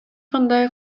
кандай